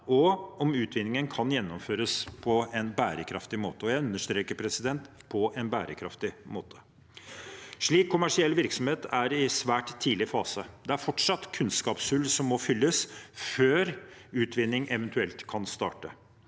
og jeg understreker: på en bærekraftig måte. Slik kommersiell virksomhet er i en svært tidlig fase. Det er fortsatt kunnskapshull som må fylles før utvinning eventuelt kan starte.